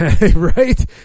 right